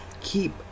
Keep